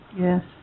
Yes